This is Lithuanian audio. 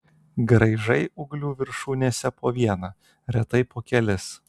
graižai ūglių viršūnėse po vieną retai po kelis